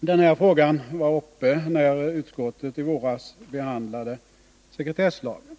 Den här frågan var uppe när utskottet i våras behandlade sekretesslagen.